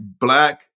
black